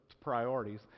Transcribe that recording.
priorities